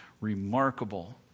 remarkable